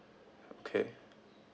okay